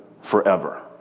forever